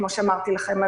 כמו שאמרתי לכם.